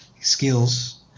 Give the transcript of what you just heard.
skills